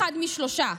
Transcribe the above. אחד משלושה.